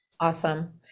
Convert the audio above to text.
Awesome